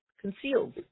concealed